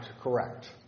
correct